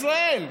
ישראל.